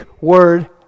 word